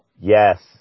yes